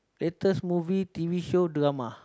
latest movie t_v show drama